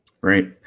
Right